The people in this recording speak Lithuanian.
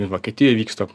vokietijoj vyksta